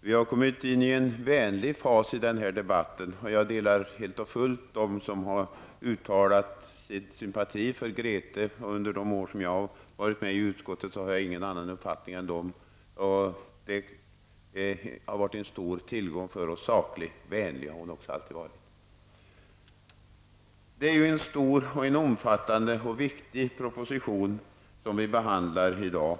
Vi har kommit in i en vänlig fas i denna debatt. Jag håller helt och fullt med dem som uttalat sin sympati för Grethe Lundblad. Efter de år som jag har varit med i utskottet har jag ingen annan uppfattning än den som har kommit till uttryck här. Hon har varit en stor tillgång, hon har alltid varit saklig och vänlig. Det är en stor, omfattande och viktig proposition som vi behandlar i dag.